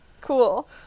Cool